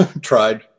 tried